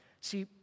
See